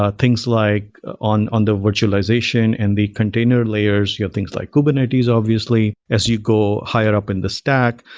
ah things like on on the virtualization and the container layers, you have things like kubernetes, obviously. as you go higher up in the stack,